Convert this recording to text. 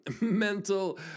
mental